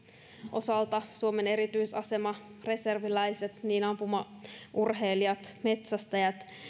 osalta suomen erityisasema reserviläiset sekä niin ampumaurheilijat kuin metsästäjät